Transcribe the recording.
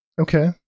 Okay